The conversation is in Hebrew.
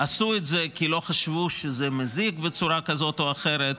עשו את זה כי לא חשבו שזה מזיק בצורה כזאת או אחרת,